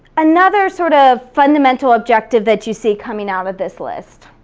another sort of fundamental objective that you see coming out of this list.